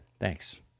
Thanks